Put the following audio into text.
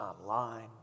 online